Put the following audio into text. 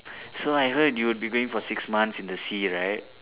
so I've heard you would be going to six months in the sea right